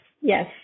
Yes